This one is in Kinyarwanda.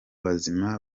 bazima